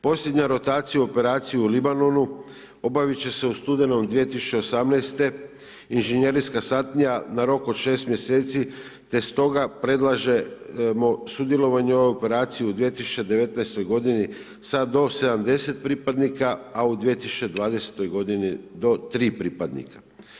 Posljednja rotacija operacije u Libanonu obaviti će se u studenom 2018. inženjerijska satnija na rok od 6 mjeseci te stoga predlažemo sudjelovanje u ovoj operaciji u 2019. godini sa do 70 pripadnika a u 2020. godini do 3 pripadnika.